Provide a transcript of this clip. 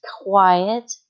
quiet